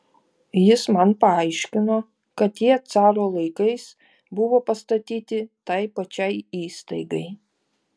jis man paaiškino kad jie caro laikais buvo pastatyti tai pačiai įstaigai